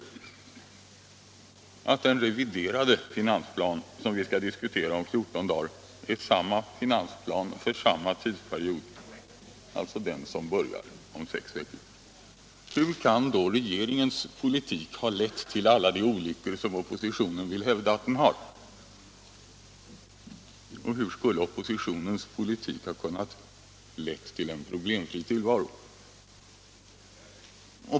Den reviderade finansplan vi skall diskutera om 14 dagar är samma finansplan för samma tidsperiod, som alltså också den börjar om sex veckor. Hur kan då regeringens politik ha lett till alla de olyckor som oppositionen vill hävda? Och hur skulle oppositionens politik ha kunnat leda till en problemfri tillvaro?